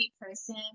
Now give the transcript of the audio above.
person